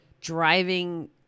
driving